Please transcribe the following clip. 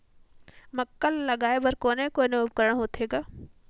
मक्का ला लगाय बर कोने कोने उपकरण होथे ग?